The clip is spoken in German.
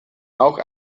auch